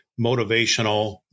motivational